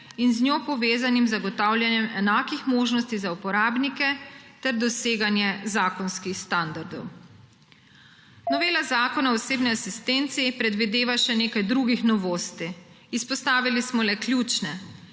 in z njo povezanim zagotavljanjem enakih možnosti za uporabnike, ter doseganju zakonskih standardov. Novela Zakona o osebni asistenci predvideva še nekaj drugih novosti, izpostavili smo le ključne.